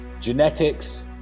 genetics